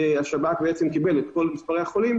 השב"כ בעצם קיבל את כל מספרי החולים,